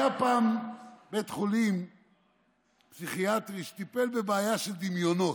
היה פעם בית חולים פסיכיאטרי שטיפל בבעיה של דמיונות.